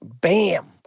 bam